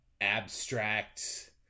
abstract